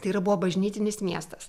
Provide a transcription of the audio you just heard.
tai yra buvo bažnytinis miestas